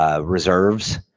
reserves